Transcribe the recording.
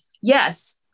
yes